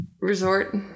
resort